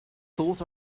thought